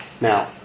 Now